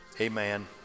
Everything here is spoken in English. Amen